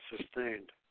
sustained